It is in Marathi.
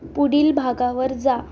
पुढील भागावर जा